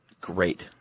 Great